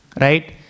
Right